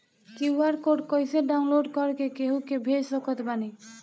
QR code कइसे download कर के केहु के भेज सकत बानी?